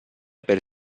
per